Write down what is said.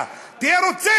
את הזמן שלי.